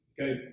okay